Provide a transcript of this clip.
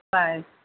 bye